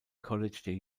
college